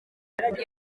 yavutse